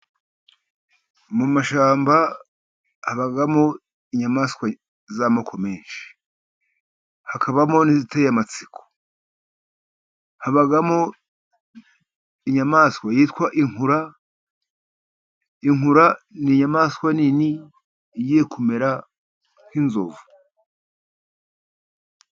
Mu mashyamba habamo inyamaswa z'amako menshi, hakabamo n'iziteye amatsiko, habamo inyamaswa yitwa inkura. Inkura ni inyamaswa nini igiye kumera nk'inzovu.